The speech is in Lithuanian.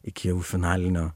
iki jau finalinio